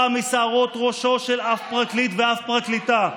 משערות ראשו של אף פרקליט ואף פרקליטה.